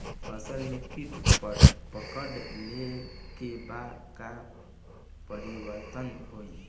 फसल में कीट पकड़ ले के बाद का परिवर्तन होई?